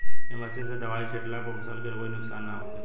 ए machine से दवाई छिटला पर फसल के कोई नुकसान ना होखे